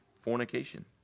fornication